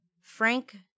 Frank